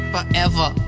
Forever